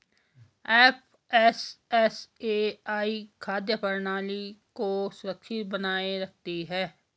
FSSAI खाद्य प्रणाली को सुरक्षित बनाए रखती है